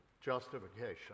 justification